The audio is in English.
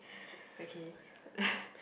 okay